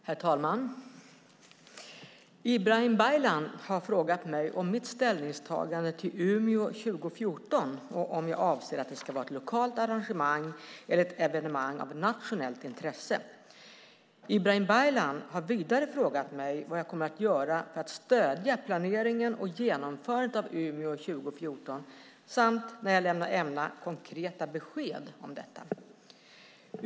Herr talman! Ibrahim Baylan har frågat mig om mitt ställningstagande till Umeå 2014 och om jag avser att det ska vara ett lokalt arrangemang eller ett evenemang av nationellt intresse. Ibrahim Baylan har vidare frågat mig vad jag kommer att göra för att stödja planeringen och genomförandet av Umeå 2014 samt när jag ämnar ge konkreta besked om detta.